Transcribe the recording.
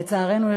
לצערנו,